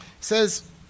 says